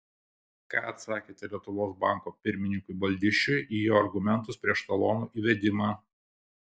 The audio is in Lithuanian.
ką atsakėte lietuvos banko pirmininkui baldišiui į jo argumentus prieš talonų įvedimą